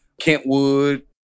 Kentwood